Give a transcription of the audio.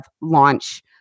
launch